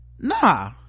nah